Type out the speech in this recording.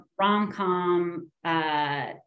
rom-com